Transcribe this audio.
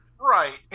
Right